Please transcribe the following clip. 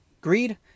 Greed